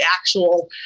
actual